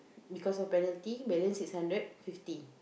because of penalty balance six hundred fifty